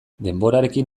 denborarekin